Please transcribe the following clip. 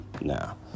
now